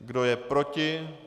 Kdo je proti?